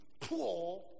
poor